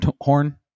horn